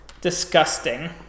disgusting